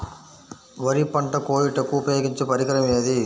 వరి పంట కోయుటకు ఉపయోగించే పరికరం ఏది?